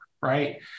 Right